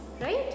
right